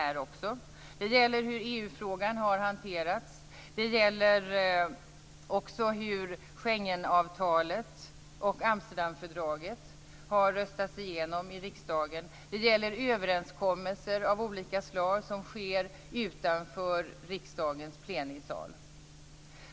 Det gäller hur EU-frågan har hanterats, hur Schengenavtalet och Amsterdamfördraget har röstats igenom i riksdagen. Det gäller överenskommelser av olika slag som sker utanför riksdagens plenisal.